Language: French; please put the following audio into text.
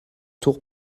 tour